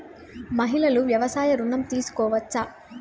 మహిళలు వ్యవసాయ ఋణం తీసుకోవచ్చా?